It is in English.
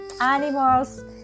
animals